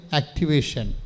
activation